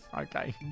Okay